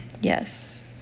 Yes